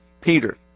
Peter